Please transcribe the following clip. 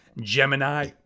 Gemini